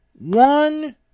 One